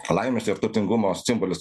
laimės ir turtingumo simbolis